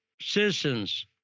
citizens